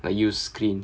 I use clean